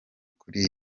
kuri